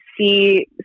see